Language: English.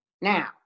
Now